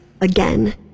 again